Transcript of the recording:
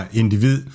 individ